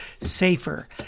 safer